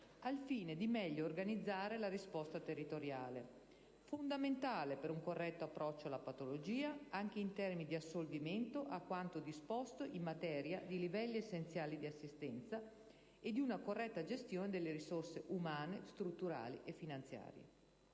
al fine di meglio organizzare la risposta territoriale, fondamentale per un corretto approccio alla patologia, anche in termini di assolvimento a quanto disposto in materia di livelli essenziali di assistenza e di una corretta gestione delle risorse umane, strutturali e finanziarie.